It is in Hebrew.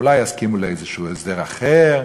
אולי יסכימו לאיזה הסדר אחר,